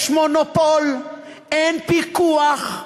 יש מונופול, אין פיקוח,